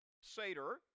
Seder